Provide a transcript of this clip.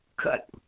cut